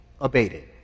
abated